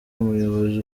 umuyobozi